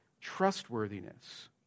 trustworthiness